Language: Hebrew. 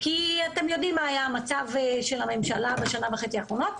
כי אתם יודעים מה היה המצב של הממשלה בשנה וחצי האחרונות.